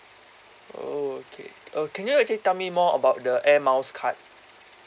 oh okay oh can you actually tell me more about the air miles card